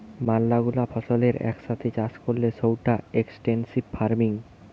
ম্যালা গুলা ফসলের এক সাথে চাষ করলে সৌটা এক্সটেন্সিভ ফার্মিং